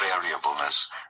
variableness